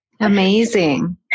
Amazing